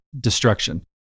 Destruction